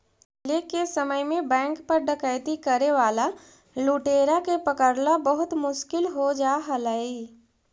पहिले के समय में बैंक पर डकैती करे वाला लुटेरा के पकड़ला बहुत मुश्किल हो जा हलइ